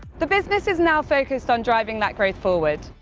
the business is now focused on driving that growth forward.